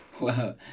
Wow